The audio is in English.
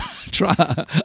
try